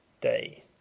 Day